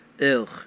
Ew